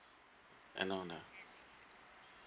and no ah